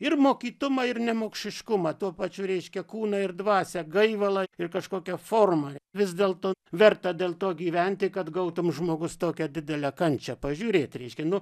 ir mokytumą ir nemokšiškumą tuo pačiu reiškia kūną ir dvasią gaivalą ir kažkokią formą vis dėl to verta dėl to gyventi kad gautum žmogus tokią didelę kančią pažiūrėt reiškia nu